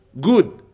good